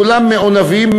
כולם מעונבים,